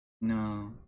No